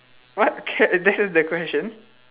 what q~ that's the question